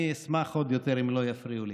אני אשמח עוד יותר אם לא יפריעו לי.